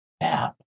app